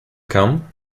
come